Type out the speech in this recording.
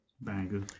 Banger